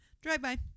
drive-by